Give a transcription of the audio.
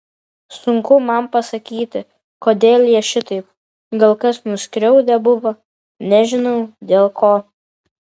sunku man pasakyti kodėl jie šitaip gal kas nuskriaudę buvo nežinau dėl ko